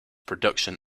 production